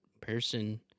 person